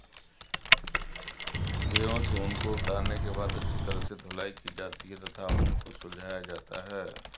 भेड़ों से ऊन को उतारने के बाद अच्छी तरह से धुलाई की जाती है तथा ऊन को सुलझाया जाता है